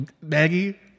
Maggie